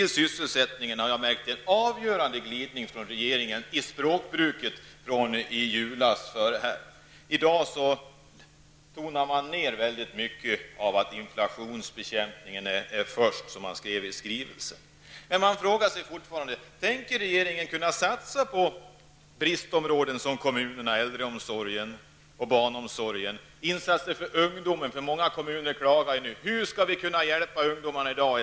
Jag har märkt att regeringens språkbruk när det gäller sysselsättningen har undergått en uppenbar glidning sedan i julas. I dag tonar man ned att inflationsbekämpningen är det mest angelägna, som man skrev i sin skrivelse. Jag undrar fortfarande: Tänker regeringen satsa på sådana problemfyllda områden som kommunerna, äldreomsorgen och barnomsorgen? Vilka insatser tänker regeringen göra för ungdomar? Många kommuner är bekymrade över hur de skall kunna hjälpa ungdomarna i dag.